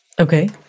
Okay